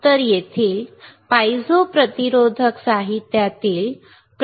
तर तेथील पायझो प्रतिरोधक साहित्यातील प्रतिकारात बदल होतो